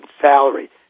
salary